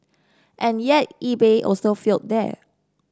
and yet eBay also failed there